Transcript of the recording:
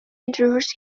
integers